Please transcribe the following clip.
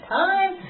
time